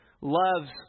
loves